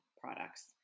products